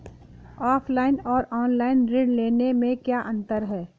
Offline और online ऋण लेने में क्या अंतर है?